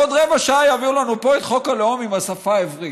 ועוד רבע שעה יביאו לנו את חוק הלאום עם השפה העברית.